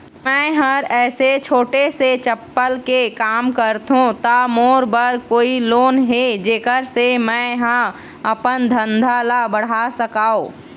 मैं हर ऐसे छोटे से चप्पल के काम करथों ता मोर बर कोई लोन हे जेकर से मैं हा अपन धंधा ला बढ़ा सकाओ?